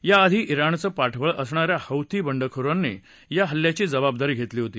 या आधी तिणचं पाठवळ असणाऱ्या हौथी बंडखोरांनी या हल्ल्याची जबाबदारी घेतली होती